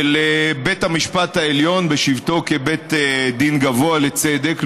בית המשפט העליון בשבתו כבית דין גבוה לצדק,